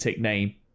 name